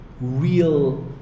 real